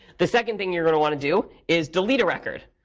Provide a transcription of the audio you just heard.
the second thing you're going to want to do is delete a record.